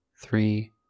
three